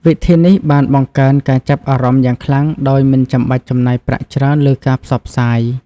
វិធីនេះបានបង្កើនការចាប់អារម្មណ៍យ៉ាងខ្លាំងដោយមិនចាំបាច់ចំណាយប្រាក់ច្រើនលើការផ្សព្វផ្សាយ។